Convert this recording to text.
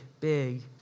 big